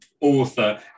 author